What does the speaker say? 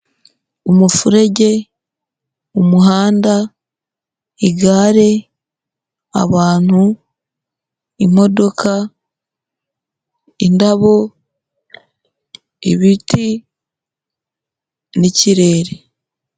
Umufurege, umuhanda, igare, abantu, imodoka, indabo, ibiti n'ikirere.